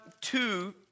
two